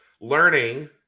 learning